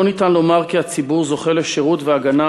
אי-אפשר לומר שהציבור זוכה לשירות והגנה